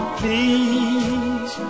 please